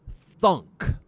thunk